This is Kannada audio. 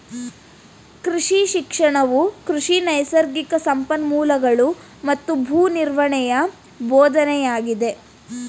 ಕೃಷಿ ಶಿಕ್ಷಣವು ಕೃಷಿ ನೈಸರ್ಗಿಕ ಸಂಪನ್ಮೂಲಗಳೂ ಮತ್ತು ಭೂ ನಿರ್ವಹಣೆಯ ಬೋಧನೆಯಾಗಿದೆ